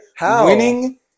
Winning